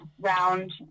round